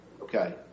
Okay